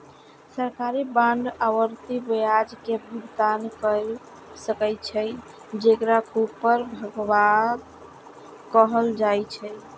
सरकारी बांड आवर्ती ब्याज के भुगतान कैर सकै छै, जेकरा कूपन भुगतान कहल जाइ छै